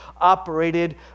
operated